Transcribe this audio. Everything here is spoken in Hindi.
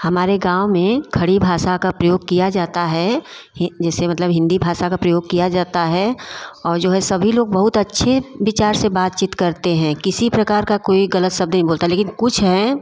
हमारे गाँव में खड़ी भाषा का प्रयोग किया जाता है हें जैसे मतलब हिंदी भाषा का प्रयोग किया जाता है औ जो है सभी लोग बहुत अच्छे विचार से बातचीत करते हैं किसी प्रकार का कोई गलत शब्द नहीं बोलता लेकिन कुछ हैं